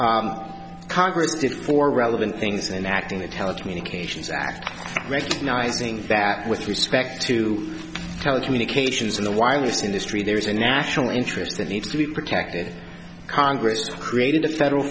court congress did for relevant things an act in the telecommunications act recognizing that with respect to telecommunications in the wireless industry there is a national interest that needs to be protected congress created a federal